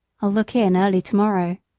i'll look in early to-morrow.